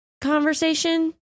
conversation